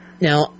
Now